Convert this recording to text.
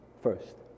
first